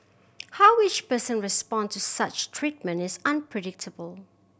how each person responds to such treatment is unpredictable